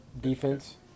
Defense